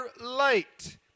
light